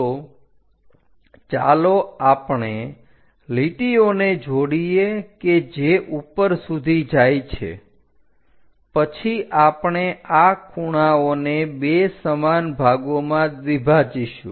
તો ચાલો આપણે લીટીઓને જોડીએ કે જે ઉપર સુધી જાય છે પછી આપણે આ ખૂણાઓને 2 સમાન ભાગોમાં દ્વિભાજીશું